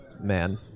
Man